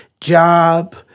job